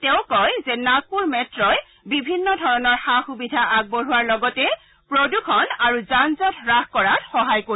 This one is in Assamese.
তেওঁ কয় যে নাগপুৰ মেট্ই বিভিন্ন ধৰণৰ সা সুবিধা আগবঢ়োৱাৰ লগতে প্ৰদূষণ আৰু যান জঁট হ্ৰাস কৰাত সহায় কৰিব